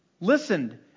listened